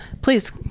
please